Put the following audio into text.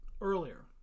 earlier